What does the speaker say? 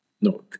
no